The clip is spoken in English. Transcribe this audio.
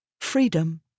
freedom